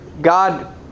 God